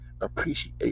appreciate